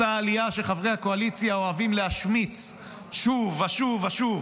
אותה עלייה שחברי הקואליציה אוהבים להשמיץ שוב ושוב ושוב,